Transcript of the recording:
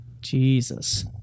Jesus